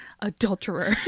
Adulterer